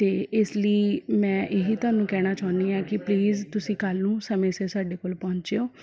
ਅਤੇ ਇਸ ਲਈ ਮੈਂ ਇਹ ਤੁਹਾਨੂੰ ਕਹਿਣਾ ਚਾਹੁੰਦੀ ਹਾਂ ਕਿ ਪਲੀਜ਼ ਤੁਸੀਂ ਕੱਲ੍ਹ ਨੂੰ ਸਮੇਂ ਸਿਰ ਸਾਡੇ ਕੋਲ ਪਹੁੰਚਿਓ